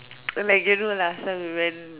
like you know like last time we went